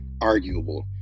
arguable